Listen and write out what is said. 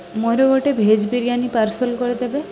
ମୋର ଗୋଟେ veg biryani parcel କରିଦେବେ